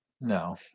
no